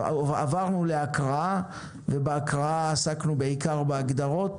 ועברנו להקראה ובהקראה עסקנו בעיקר בהגדרות.